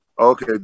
okay